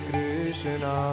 Krishna